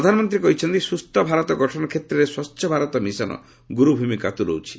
ପ୍ରଧାନମନ୍ତ୍ରୀ କହିଛନ୍ତି ସୁସ୍ଥ ଭାରତ ଗଠନ କ୍ଷେତ୍ରରେ ସ୍ୱଚ୍ଚ ଭାରତ ମିଶନ୍ ଗୁରୁ ଭୂମିକା ତୁଲାଉଛି